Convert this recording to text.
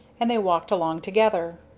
and they walked along together.